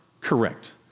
correct